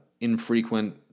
infrequent